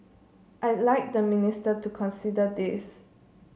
I'd like the minister to consider this